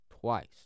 twice